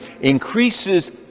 increases